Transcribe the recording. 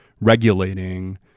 regulating